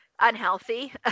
unhealthy